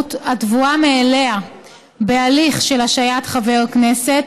המורכבות הטבועה מאליה בהליך של השעיית חבר כנסת.